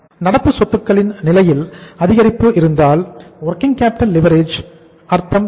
நடப்பு சொத்துக்களின் நிலையில் அதிகரிப்பு இருந்தால் வொர்கிங் கேப்பிட்டல் லிவரேஜ் அதற்கு அர்த்தம் என்ன